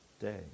day